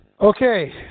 Okay